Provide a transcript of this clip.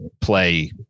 play